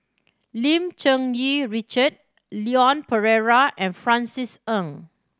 Lim Cherng Yih Richard Leon Perera and Francis Ng